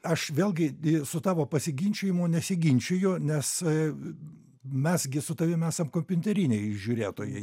aš vėlgi su tavo pasiginčijimu nesiginčiju nes mes gi su tavim esam kompiuteriniai žiūrėtojai